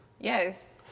Yes